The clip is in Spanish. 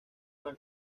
una